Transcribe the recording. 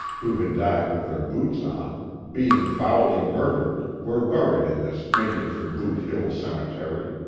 who had died with their boots on being fouly murdered were buried in this miniature boot hill cemetery.